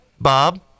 Bob